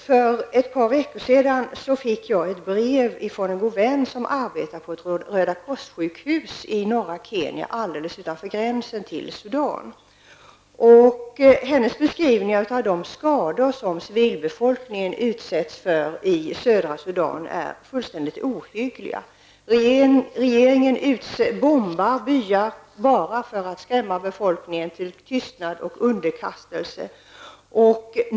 För ett par veckor sedan fick jag ett brev från en god vän som arbetar på ett Röda kors-sjukhus i norra Kenya, alldeles invid gränsen till Sudan. Hennes beskrivningar av de skador som civilbefolkningen i södra Sudan utsätts för är fullständigt ohyggliga. Regeringen bombar byar bara för att skrämma befolkningen till tystnad och underkastelse.